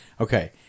Okay